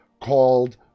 called